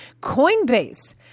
Coinbase